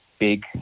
big